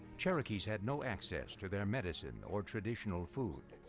cherokees had no access to their medicine or traditional food.